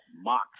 mock